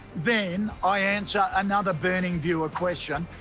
then, i answer another burning viewer question,